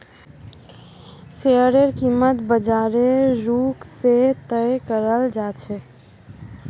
शेयरेर कीमत बाजारेर रुख से तय कराल जा छे